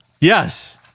Yes